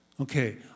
Okay